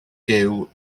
gyw